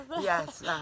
Yes